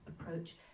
approach